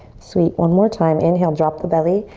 sweet, one more time. inhale, drop the belly.